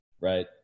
right